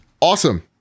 awesome